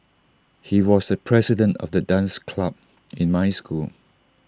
he was the president of the dance club in my school